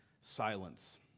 Silence